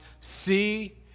see